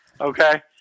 Okay